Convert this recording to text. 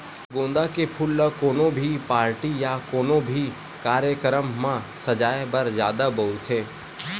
गोंदा के फूल ल कोनो भी पारटी या कोनो भी कार्यकरम म सजाय बर जादा बउरथे